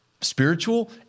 spiritual